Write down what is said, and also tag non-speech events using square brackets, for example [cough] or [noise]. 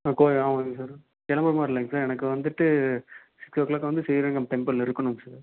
ஆ கோவில் ஆமாங்க சார் [unintelligible] எனக்கு ஒரு மாதிரி இல்லைங்க சார் எனக்கு வந்துகிட்டு சிக்ஸ் ஓ க்ளாக் வந்து ஸ்ரீரங்கம் டெம்பிளில் இருக்கணுங்க சார்